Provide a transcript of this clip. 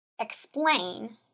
explain